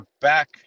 back